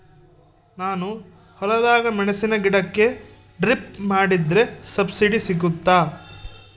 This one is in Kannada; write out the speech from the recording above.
ನಾನು ಹೊಲದಾಗ ಮೆಣಸಿನ ಗಿಡಕ್ಕೆ ಡ್ರಿಪ್ ಮಾಡಿದ್ರೆ ಸಬ್ಸಿಡಿ ಸಿಗುತ್ತಾ?